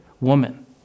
Woman